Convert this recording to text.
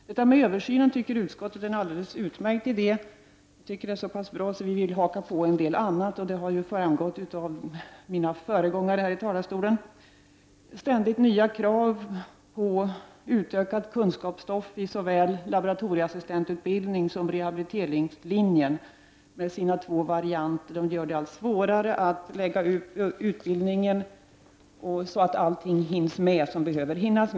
Detta med översynen tycker utskottet är alldeles utmärkt. Vi tycker att det är så pass bra att vi vill haka på en del ytterligare. Det har framgått av mina föregångare här i talarstolen. Ständigt nya krav på utökat kunskapsstoff för såväl laboratorieassistentutbildningen som rehabiliteringslinjen med sina två varianter gör det allt svårare att lägga upp utbildningen så att allt hinns med.